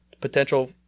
Potential